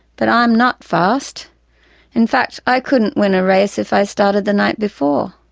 but i'm not fast in fact i couldn't win a race if i started the night before.